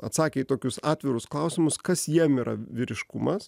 atsakė į tokius atvirus klausimus kas jiem yra vyriškumas